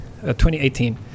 2018